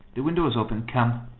the window is open. come.